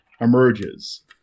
emerges